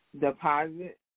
deposit